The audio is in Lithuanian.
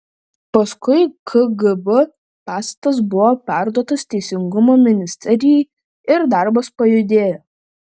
paskui kgb pastatas buvo perduotas teisingumo ministerijai ir darbas pajudėjo